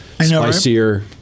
spicier